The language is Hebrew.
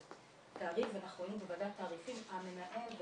את התעריף ואנחנו היינו בוועדת תעריפים המנהל,